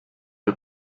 wir